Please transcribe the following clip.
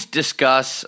discuss